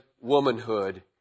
womanhood